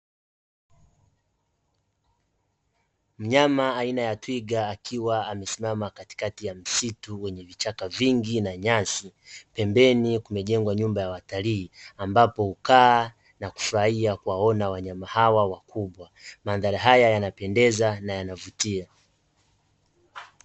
Mnyama aina ya twiga akiwa amesimama katikati ya msitu wenye vichaka vingi na nyasi, pembeni kumejengwa nyumba ya watalii ambapo hukaa na kufurahia kuwaona wanyama hawa wakubwa, mandhari haya yanapendeza na yanavutia.